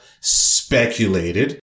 speculated